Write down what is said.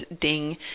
ding